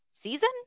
season